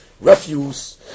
refuse